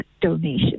donation